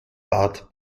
bad